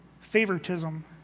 favoritism